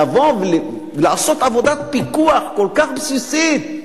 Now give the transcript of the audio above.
לבוא ולעשות עבודת פיקוח כל כך בסיסית,